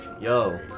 Yo